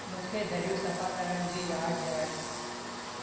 मूंखे दरियूं सफ़ा करणु जी यादि ॾियारिजो